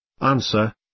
Answer